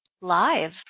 Live